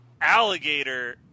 Alligator